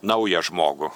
naują žmogų